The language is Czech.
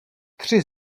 tři